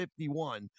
51